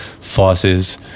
forces